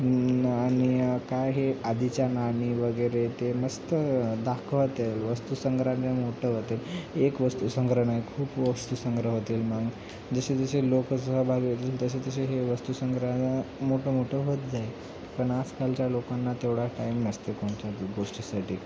न आणि काय हे आधीच्या नाणी वगैरे ते मस्त दाखवते वस्तू संग्रहालय मोठं होते एक वस्तू संग्रहालय खूप वस्तूसंग्रह होतील मग जसे जसे लोकं सहभागी होतील तसे तसे हे वस्तू संग्रहाला मोठं मोठं होत जाय पण आजकालच्या लोकांना तेवढा टाईम नसते कोणत्या बी गोष्टीसाठी